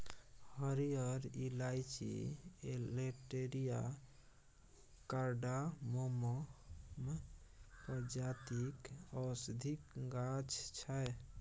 हरियर इलाईंची एलेटेरिया कार्डामोमम प्रजातिक औषधीक गाछ छै